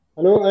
Hello